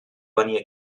venir